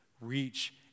reach